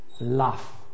love